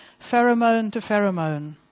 pheromone-to-pheromone